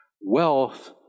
Wealth